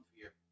fear